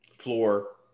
floor